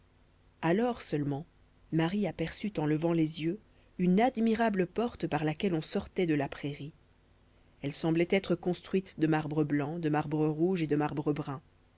alors seulement marie aperçut en levant les yeux une admirable porte par laquelle on sortait de la prairie elle semblait être construite de marbre blanc de marbre rouge et de marbre brun